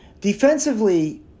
Defensively